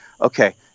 okay